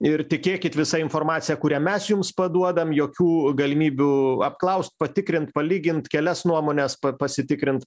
ir tikėkit visa informacija kurią mes jums paduodam jokių galimybių apklaust patikrint palygint kelias nuomones pasitikrint